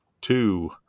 two